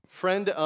friend